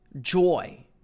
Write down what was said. joy